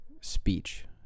speech